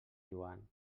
joan